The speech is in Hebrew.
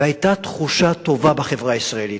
והיתה תחושה טובה בחברה הישראלית.